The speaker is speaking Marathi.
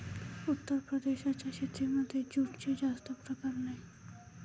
उत्तर प्रदेशाच्या शेतीमध्ये जूटचे जास्त प्रकार नाही